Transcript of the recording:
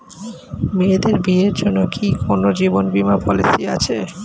মেয়েদের বিয়ের জন্য কি কোন জীবন বিমা পলিছি আছে?